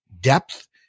depth